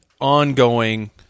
ongoing